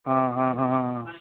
ਹਾਂ ਹਾਂ ਹਾਂ ਹਾਂ